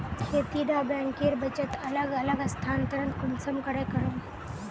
खेती डा बैंकेर बचत अलग अलग स्थानंतरण कुंसम करे करूम?